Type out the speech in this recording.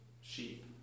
sheep